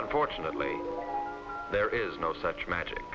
unfortunately there is no such magic